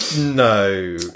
No